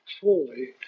fully